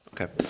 Okay